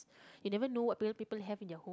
you never know what people have in their